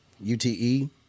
ute